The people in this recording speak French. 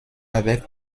avec